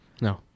No